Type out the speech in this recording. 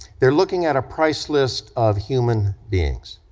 they're looking at a price list of human beings.